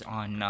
on